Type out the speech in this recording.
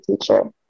teacher